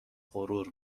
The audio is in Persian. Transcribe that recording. غرور